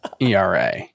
ERA